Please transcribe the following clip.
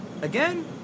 Again